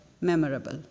memorable